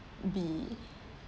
be